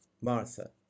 Martha